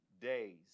days